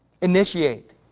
initiate